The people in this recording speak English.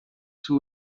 two